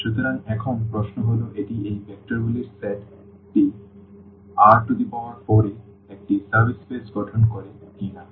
সুতরাং এখন প্রশ্ন হল এটি এই ভেক্টরগুলির সেটটি R4 এ একটি সাব স্পেস গঠন করে কিনা